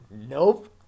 Nope